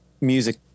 music